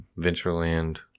Ventureland